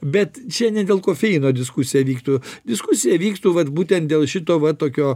bet čia ne dėl kofeino diskusija vyktų diskusija vyktų vat būtent dėl šito va tokio